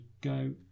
go